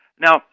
Now